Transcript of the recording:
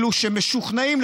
אלה שמשוכנעים,